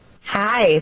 Hi